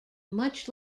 much